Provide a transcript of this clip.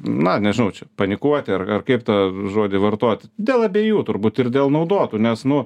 na nežinau čia panikuoti ar ar kaip tą žodį vartot dėl abiejų turbūt ir dėl naudotų nes nu